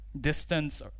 Distance